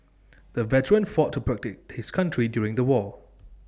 the veteran fought to protect his country during the war